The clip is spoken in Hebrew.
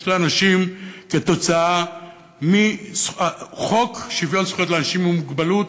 לאנשים כתוצאה מחוק שוויון זכויות לאנשים עם מוגבלות,